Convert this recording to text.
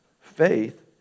faith